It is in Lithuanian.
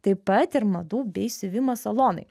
taip pat ir madų bei siuvimo salonai